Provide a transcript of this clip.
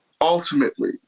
ultimately